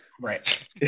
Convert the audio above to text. Right